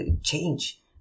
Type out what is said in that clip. change